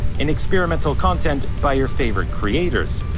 and experimental content by your favorite creators.